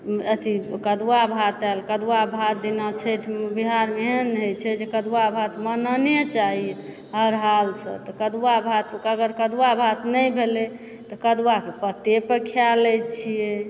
अथी कदुआ भात आएल कदुआ भात दिना छठिमे बिहारमे एहन होए छै जे कदुआ भात बनाने चाही हर हालसँ तऽ कदुआ भात अगर कदुआ भात नहि भेलए तऽ कदुआके पत्ते पर खाए लए छिऐ